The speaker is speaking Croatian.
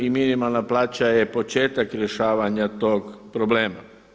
I minimalna plaća je početak rješavanja tog problema.